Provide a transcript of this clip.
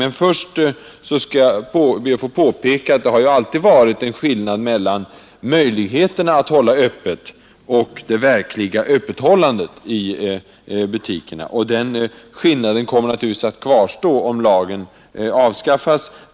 Men först skall jag be att få påpeka att det alltid har rått en skillnad mellan möjligheterna att hålla öppet och det verkliga öppethållandet i butikerna. Den skillnaden kommer naturligtvis att kvarstå, om lagen avskaffas.